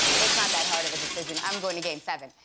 it's not that hard of a decision. i'm going to game seven.